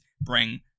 bring